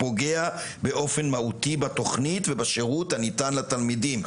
פוגע באופן מהותי בתוכנית ובשירות הניתן לתלמידים.